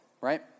right